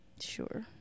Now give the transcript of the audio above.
sure